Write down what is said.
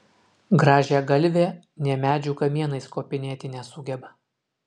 grąžiagalvė nė medžių kamienais kopinėti nesugeba